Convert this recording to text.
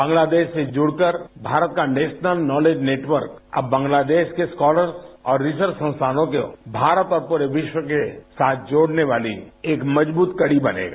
बांग्लादेश से जुड़कर भारत का नेशनल नॉलेज नेटवर्क अब बांग्लादेश के स्कॉलर्स और रिसर्च संस्थानों के भारत और पूरे विख के साथ जोड़ने वाली एक मजबूत कड़ी बनेगा